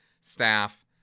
staff